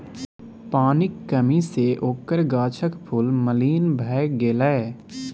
पानिक कमी सँ ओकर गाछक फूल मलिन भए गेलै